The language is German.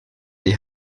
die